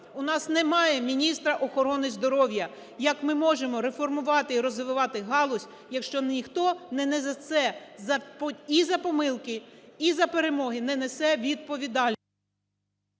у нас немає міністра охорони здоров'я, як ми можемо реформувати і розвивати галузь, якщо ніхто не несе, і за помилки, і за перемоги не несе відповідальності?